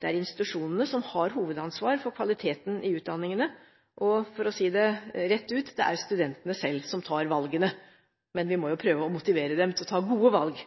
Det er institusjonene som har hovedansvar for kvaliteten i utdanningene – og for å si det rett ut: Det er studentene selv som tar valgene. Men vi må jo prøve å motivere dem til å ta gode valg.